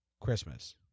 Christmas